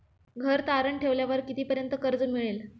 घर तारण ठेवल्यावर कितीपर्यंत कर्ज मिळेल?